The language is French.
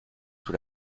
sous